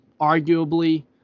arguably